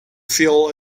feel